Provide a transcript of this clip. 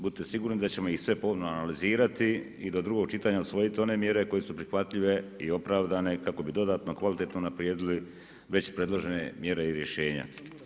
Budite sigurni da ćemo ih sve pomno analizirati i do drugog čitanja usvojiti one mjere koje su prihvatljive i opravdane kako bi dodatno, kvalitetno unaprijedili već predložene mjere i rješenja.